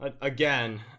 again –